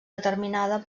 determinada